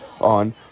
on